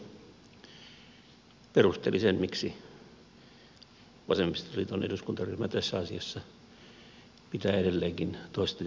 edustajatoveri kalliorinne tuossa jo perusteli sen miksi vasemmistoliiton eduskuntaryhmä tässä asiassa pitää edelleenkin toista jalkaa hallituksessa